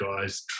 guys